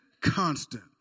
constant